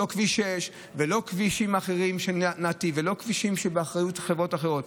לא כביש 6 ולא כבישים אחרים של נתיב ולא כבישים שבאחריות חברות אחרות.